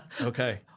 Okay